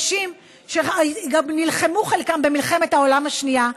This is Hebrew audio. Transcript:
שחלקם גם נלחמו במלחמת העולם השנייה.